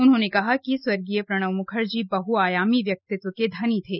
उन्होंने कहा कि स्वर्गीय प्रणब म्खर्जी बहुआयामी व्यक्तित्व के धनी थे